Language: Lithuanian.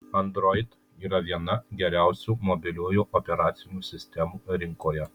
android yra viena geriausių mobiliųjų operacinių sistemų rinkoje